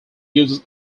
uses